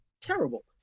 terrible